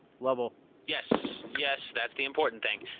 lovell yes. yes, that's the important thing.